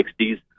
60s